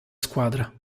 squadra